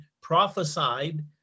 prophesied